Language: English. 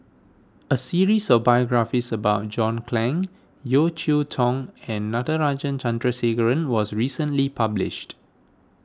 a series of biographies about John Clang Yeo Cheow Tong and Natarajan Chandrasekaran was recently published